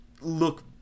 look